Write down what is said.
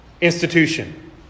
institution